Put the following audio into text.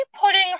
putting